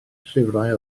llyfrau